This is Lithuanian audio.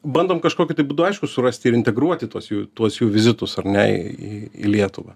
bandom kažkokiu tai būdu aišku surasti ir integruoti tuos jų tuos jų vizitus ar nei į į lietuvą